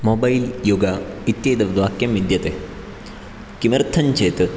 mobile युग इत्येतत् वाक्यं विद्यते किमर्थञ्चेत्